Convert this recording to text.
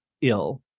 ill